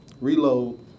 reload